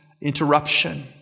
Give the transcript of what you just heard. Interruption